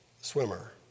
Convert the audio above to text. swimmer